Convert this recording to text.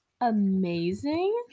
amazing